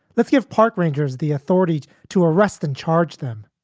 let's give park rangers the authority to arrest and charge them.